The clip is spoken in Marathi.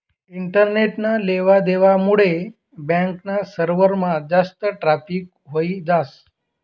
इंटरनेटना लेवा देवा मुडे बॅक ना सर्वरमा जास्त ट्रॅफिक व्हयी जास